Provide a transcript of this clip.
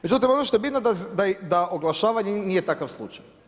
Međutim ono što je bitno da oglašavanje nije takav slučaj.